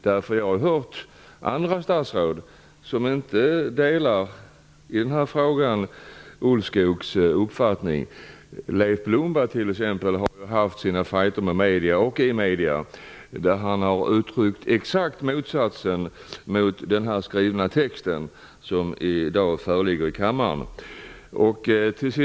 Jag har nämligen hört andra statsråd som inte delar Ulvskogs uppfattning i den här frågan. Exempelvis Leif Blomberg har haft sina fajter med mig i medierna, där han har uttryckt en exakt motsats till den skrivna text som i dag föreligger i kammaren. Fru talman!